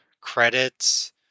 credits